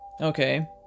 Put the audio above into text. Okay